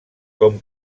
com